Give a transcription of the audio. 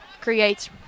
creates